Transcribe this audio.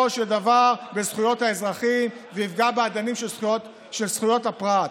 של דבר בזכויות האזרחים ויפגע באדנים של זכויות הפרט.